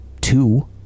two